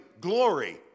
glory